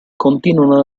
continuano